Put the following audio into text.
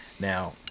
Now